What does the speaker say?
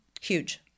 huge